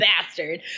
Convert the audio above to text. bastard